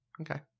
okay